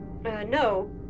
no